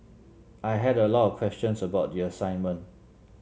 I had a lot of questions about the assignment